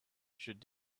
should